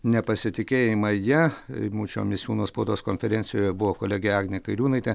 nepasitikėjimą ja eimučio misiūno spaudos konferencijoje buvo kolegė agnė kairiūnaitė